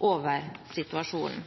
over situasjonen.